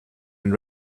and